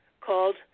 called